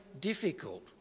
difficult